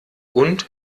und